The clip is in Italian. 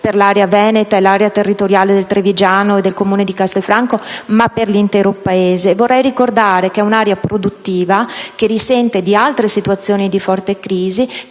per l'area veneta e per la zona territoriale del trevigiano e del Comune di Castelfranco, ma per l'intero Paese. Vorrei ricordare che è un'area produttiva che risente di altre situazioni di forte crisi,